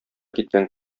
киткән